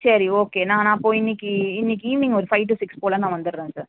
சரி ஓகே நான் நான் அப்போது இன்றைக்கி இன்றைக்கி ஈவினிங் ஒரு ஃபைவ் டு சிக்ஸ் போல் நான் வந்துடுறேன் அங்கே